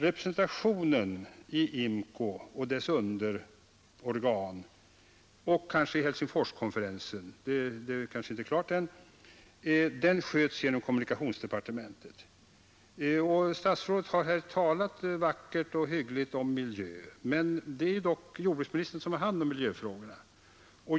Representationen i IMCO och dess underorgan och kanske också vid Helsingforskonferensen sköts genom kommunikationsdepartementet. Statsrådet Norling har här talat vackert om miljön, men det är dock jordbruksministern som har hand om miljöfrågorna.